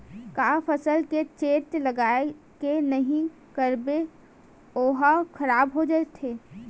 का फसल के चेत लगय के नहीं करबे ओहा खराब हो जाथे?